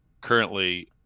currently